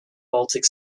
baltic